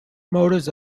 motors